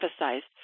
emphasized